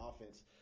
offense